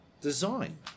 design